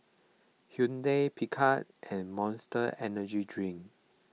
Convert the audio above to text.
Hyundai Picard and Monster Energy Drink